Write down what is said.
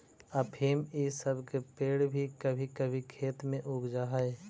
अफीम इ सब के पेड़ भी कभी कभी खेत में उग जा हई